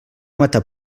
mata